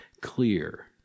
clear